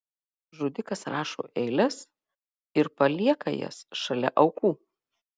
žudikas rašo eiles ir palieka jas šalia aukų